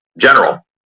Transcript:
general